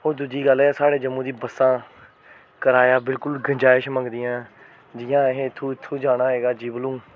हून दूजी गल्ल ऐ हे कि साढ़े जम्मू दी बस्सां कराया बिलकुल गजैंश मंगदी ऐ जियां असें इत्थुं इत्थुं जाना होऐ गा जीवल तू